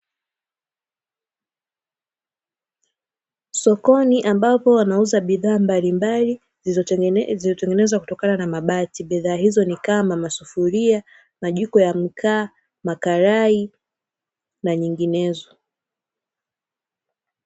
Sokoni ambapo wanauza bidhaa mbalimbali zilizotengenezwa kutokana na mabati, bidhaa hizo ni kama masufuria, majiko ya mkaa, makalai na nyinginezo.